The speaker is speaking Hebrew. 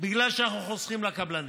בגלל שאנחנו חוסכים לקבלנים.